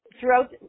throughout